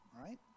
right